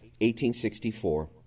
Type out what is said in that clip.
1864